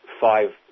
five